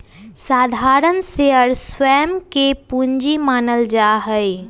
साधारण शेयर स्वयं के पूंजी मानल जा हई